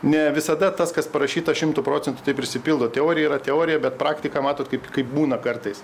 ne visada tas kas parašyta šimtu procentų taip ir išsipildo teorija yra teorija bet praktika matot kaip kaip būna kartais